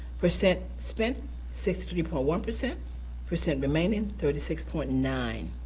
percent spent sixty three point one. percent percent remaining, thirty six point nine.